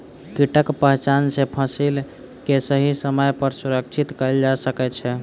कीटक पहचान सॅ फसिल के सही समय पर सुरक्षित कयल जा सकै छै